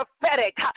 Prophetic